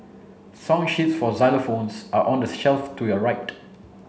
song sheets for xylophones are on the shelf to your right